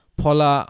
pola